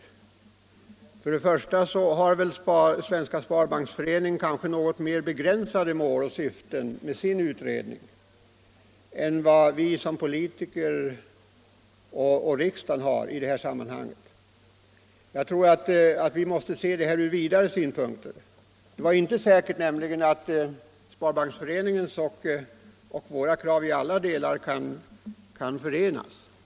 Till att börja med har Svenska sparbanksföreningen kanske något mer begränsade mål och syften med sin utredning än vad vi politiker i riksdagen har i ett sådant sammanhang. Jag tror att vi måste se frågan ur ett vidare perspektiv. Det är nämligen inte säkert att Sparbanksföreningens och våra krav i alla delar kan förenas.